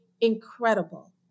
incredible